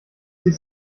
sich